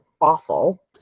awful